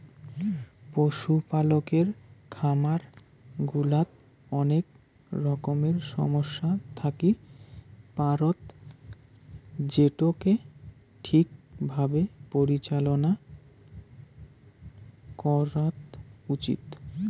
পশুপালকের খামার গুলাত অনেক রকমের সমস্যা থাকি পারত যেটোকে ঠিক ভাবে পরিচালনা করাত উচিত